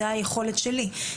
זו היכולת שלי.